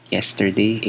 Yesterday